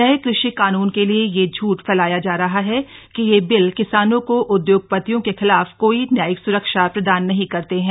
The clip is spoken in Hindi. नये कृषि कानून के लिए यह झूठ फैलाया जा रहा है कि यह बिल किसानों को उदयोगपतियों के खिलाफ कोई न्यायिक सुरक्षा प्रदान नहीं करते है